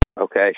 okay